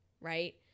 right